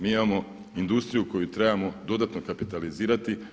Mi imamo industriju koju trebamo dodatno kapitalizirati.